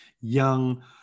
young